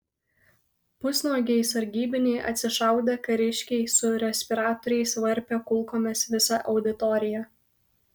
pusnuogiai sargybiniai atsišaudė kariškiai su respiratoriais varpė kulkomis visą auditoriją